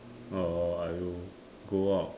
or I would go out